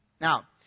Now